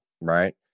right